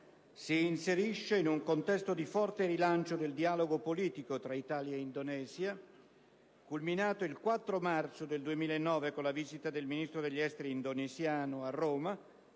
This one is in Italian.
si inserisce in un contesto di forte rilancio del dialogo politico tra Italia ed Indonesia, culminato il 4 marzo 2009 con la visita del Ministro degli esteri indonesiano a Roma